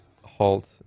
halt